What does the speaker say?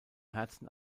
herzen